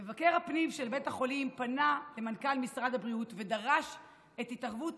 מבקר הפנים של בית החולים פנה למנכ"ל משרד הבריאות ודרש את התערבות